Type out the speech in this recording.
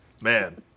Man